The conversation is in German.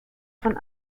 von